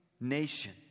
nation